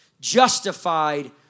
justified